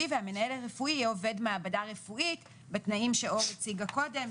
והמנהל הרפואי יהיה עובד מעבדה רפואית בתנאים שאור הציגה קודם,